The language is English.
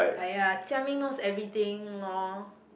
aiya Jia-Ming knows everything lor